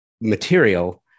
material